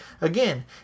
again